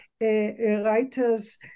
writers